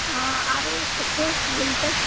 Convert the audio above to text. हँ आरो किछु बोलतै